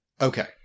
Okay